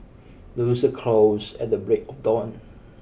the rooster crows at the break of dawn